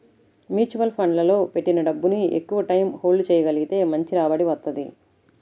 mutual ఫండ్లలో పెట్టిన డబ్బుని ఎక్కువటైయ్యం హోల్డ్ చెయ్యగలిగితే మంచి రాబడి వత్తది